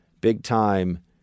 big-time